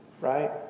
right